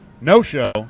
no-show